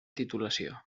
titulació